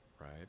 right